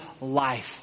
life